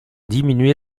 diminuer